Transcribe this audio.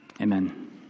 Amen